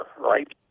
right